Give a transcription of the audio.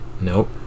Nope